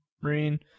Marine